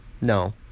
no